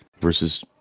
versus